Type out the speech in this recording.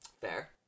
fair